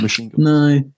no